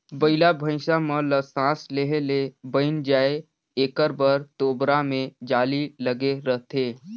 बइला भइसा मन ल सास लेहे ले बइन जाय एकर बर तोबरा मे जाली लगे रहथे